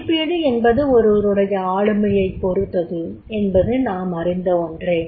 மதிப்பீடு என்பது ஒருவருடைய ஆளுமையைப் பொறுத்தது என்பது நாம் அறிந்த ஒன்றே